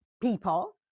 people